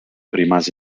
rimase